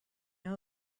know